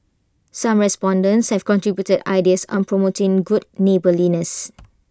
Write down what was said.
some respondents have contributed ideas on promoting good neighbourliness